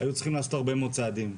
היו צריכים לעשות הרבה מאוד צעדים.